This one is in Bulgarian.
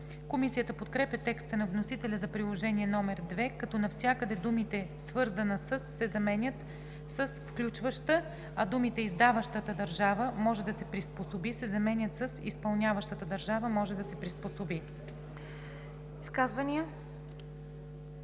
Комисията подкрепя текста на вносителя за Приложение № 2, като навсякъде думите „свързана с“ се заменят с „включваща“, а думите „(издаващата държава) може да се приспособи“ се заменят с „(изпълняващата държава) може да се приспособи“.